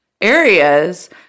areas